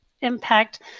impact